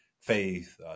faith